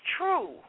true